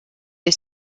est